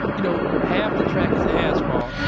you know half the track is asphalt.